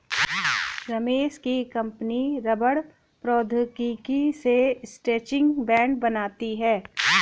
रमेश की कंपनी रबड़ प्रौद्योगिकी से स्ट्रैचिंग बैंड बनाती है